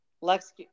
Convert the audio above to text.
Lex